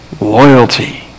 loyalty